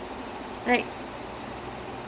maybe they should make a biography about vijaykanth